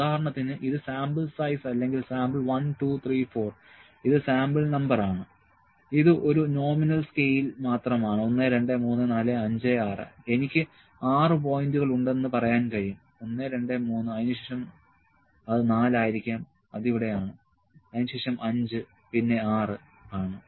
ഉദാഹരണത്തിന് ഇത് sample size ആണെങ്കിൽ സാമ്പിൾ 1 2 3 4 ഇത് സാമ്പിൾ നമ്പർ ആണ് ഇത് ഒരു നോമിനൽ സ്കെയിൽ മാത്രമാണ് 1 2 3 4 5 6 എനിക്ക് 6 പോയിന്റുകൾ ഉണ്ടെന്ന് പറയാൻ കഴിയും 1 2 3 അതിനുശേഷം അത് 4 ആയിരിക്കാം അത് ഇവിടെ ആണ് അതിനുശേഷം 5 പിന്നെ 6 ആണ്